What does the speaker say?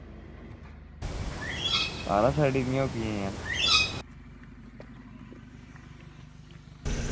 ते आं साढ़े बी उड्डे दे न